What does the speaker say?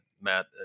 Matt